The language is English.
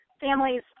families